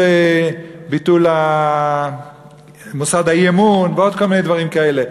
ביטול מוסד האי-אמון ועוד כל מיני דברים כאלה.